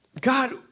God